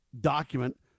document